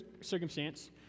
circumstance